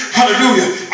Hallelujah